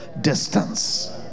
distance